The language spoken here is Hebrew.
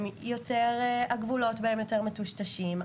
שהגבולות בהם יותר מטושטשים,